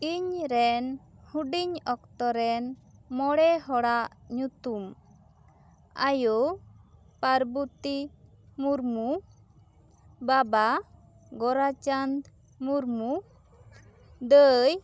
ᱤᱧ ᱨᱮᱱ ᱦᱩᱰᱤᱧ ᱚᱠᱛᱚ ᱨᱮᱱ ᱢᱚᱬᱮ ᱦᱚᱲᱟᱜ ᱧᱩᱛᱩᱢ ᱟᱭᱳ ᱯᱟᱨᱵᱚᱛᱤ ᱢᱩᱨᱢᱩ ᱵᱟᱵᱟ ᱜᱚᱨᱟᱪᱟᱸᱫᱽ ᱢᱩᱨᱢᱩ ᱫᱟᱹᱭ